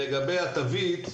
לגבי התווית,